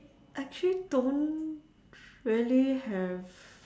I actually don't really have